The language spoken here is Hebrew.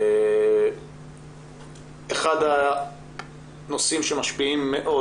אחד הנושאים שמשפיעים מאוד